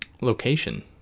location